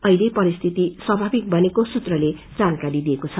अछिले परिस्थिति स्वामाविक बनेको सूत्रले जानकारी दिएको छ